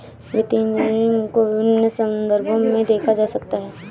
वित्तीय इंजीनियरिंग को विभिन्न संदर्भों में देखा जा सकता है